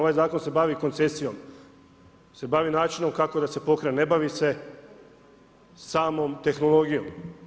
Ovaj Zakon se bavi koncesijom, se bavi načinom kako da se pokrene, ne bavi se samom tehnologijom.